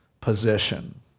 position